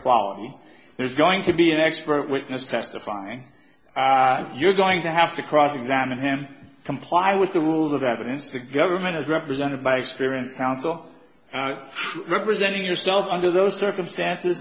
quality there's going to be an expert witness testifying you're going to have to cross examine him comply with the rules of evidence the government is represented by experience counsel representing yourself under those circumstances